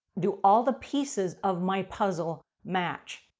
do all the pieces of my puzzle match.